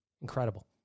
incredible